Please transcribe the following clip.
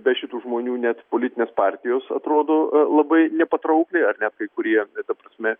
be šitų žmonių net politinės partijos atrodo labai nepatraukliai ar net kai kurie ta prasme